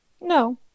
No